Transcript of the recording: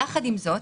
יחד עם זאת,